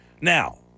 Now